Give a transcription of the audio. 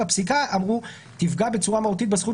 בפסיקה נאמר: תפגע בצורה מהותית בזכות